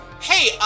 Hey